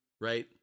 right